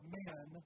men